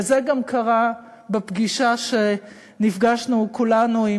וזה גם קרה בפגישה שנפגשנו כולנו עם